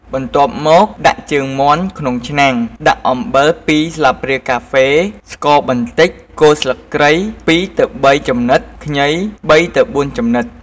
បន្ទាប់មកដាក់ជើងមាន់ក្នុងឆ្នាំង ដាក់អំបិល ២ ស្លាបព្រាកាហ្វេ ស្ករបន្តិច គល់ស្លឹកគ្រៃ ២ទៅ៣ ចំណិត ខ្ញី ៣ទៅ៥ ចំណិត។